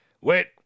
Wait